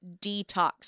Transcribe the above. detox